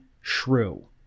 shrew